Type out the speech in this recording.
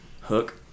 Hook